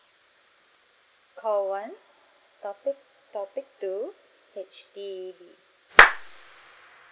call one topic topic two H_D_B